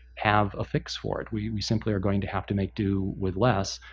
have a fix for it. we we simply are going to have to make do with less,